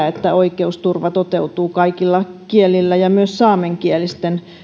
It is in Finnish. että oikeusturva toteutuu kaikilla kielillä ja myös saamenkielisten